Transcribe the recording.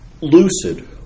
lucid